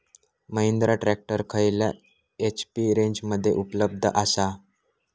Mahindra tractor खयल्या HP रेंजमध्ये उपलब्ध आसा?